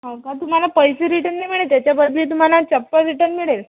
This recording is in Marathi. हो का तुम्हाला पैसे रिटर्न नाही मिळेल त्याच्या बदली तुम्हाला चप्पल रिटर्न मिळेल